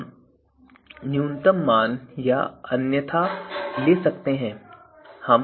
अब हम न्यूनतम मान या अन्यथा ले सकते हैं